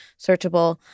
searchable